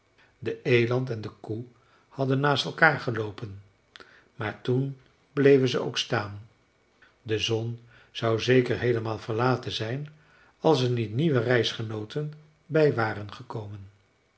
de eland en de koe hadden naast elkaar geloopen maar toen bleven ze ook staan de zon zou zeker heelemaal verlaten zijn als er niet nieuwe reisgenooten bij waren gekomen